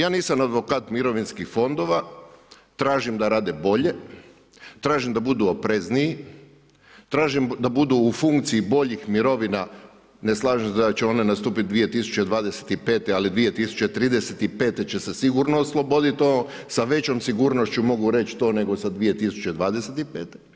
Ja nisam advokat mirovinskih fondova, tražim da rade bolje, tražim da budu oprezniji, tražim da budu u funkciji boljih mirovina, ne slažem da će one nastupiti 2025., ali 2035. će se sigurno osloboditi to, sa većom sigurnošću mogu reć to nego sa 2025.